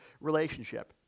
relationship